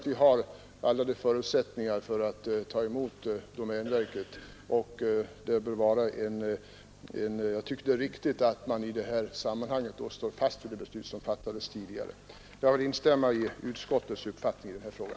Vi har alla förutsättningar att ta emot domänverket. Det är riktigt att man i detta sammanhang står fast vid det beslut som fattats tidigare. Jag kan instämma i utskottets uppfattning i denna fråga.